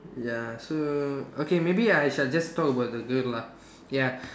ya so okay maybe I shall just talk about the girl lah ya